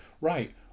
right